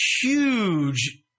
huge